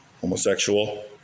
Homosexual